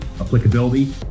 applicability